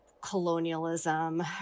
colonialism